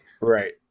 Right